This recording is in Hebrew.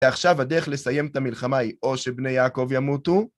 ועכשיו הדרך לסיים את המלחמה היא או שבני יעקב ימותו,